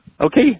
okay